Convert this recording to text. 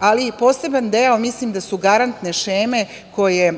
ali i poseban deo mislim da su garantne šeme koje